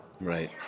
Right